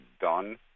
done